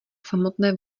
samotné